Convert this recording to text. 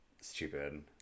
Stupid